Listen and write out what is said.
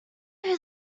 who